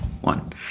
one